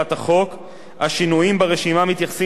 ברשימה מתייחסים לשני עניינים בלבד: